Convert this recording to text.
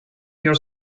your